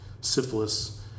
syphilis